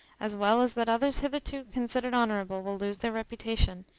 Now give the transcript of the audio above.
as well as that others hitherto considered honourable will lose their reputation,